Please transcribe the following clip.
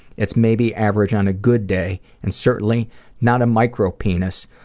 it's maybe average on a good day and certainly not a micropenis,